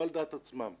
לא על דעת עצמם,